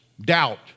doubt